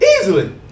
Easily